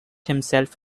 himself